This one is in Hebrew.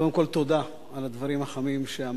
קודם כול, תודה על הדברים החמים שאמרת.